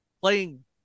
Playing